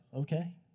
okay